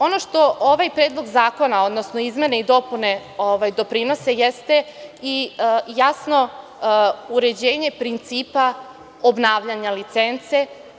Ono što ovaj Predlog zakona, odnosno izmene i dopune doprinose, jeste i jasno uređenje principa obnavljanja licence.